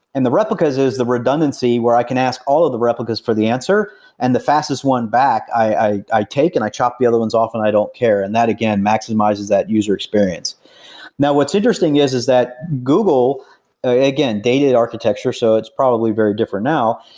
and the replicas is the redundancy where i can ask all of the replicas for the answer and the fastest one back i i take and i chop the other ones off and i don't care. that again maximizes that user experience now what's interesting is is that google again, dated architecture, so it's probably very different now,